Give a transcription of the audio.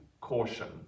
caution